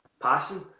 passing